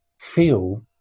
feel